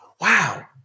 wow